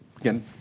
again